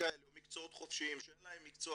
כאלה או מקצועות חופשיים שאין להם מקצוע,